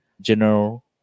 general